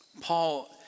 Paul